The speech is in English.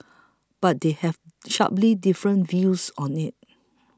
but they have sharply different views on it